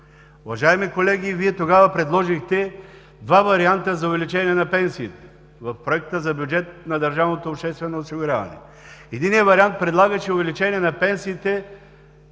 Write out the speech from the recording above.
Уважаеми колеги, Вие тогава предложихте два варианта за увеличение на пенсиите в Проекта за бюджет на държавното обществено осигуряване. Единият вариант предлагаше увеличение на